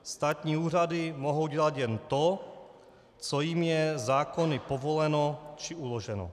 Státní úřady mohou dělat jen to, co jim je zákony povoleno či uloženo.